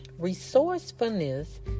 Resourcefulness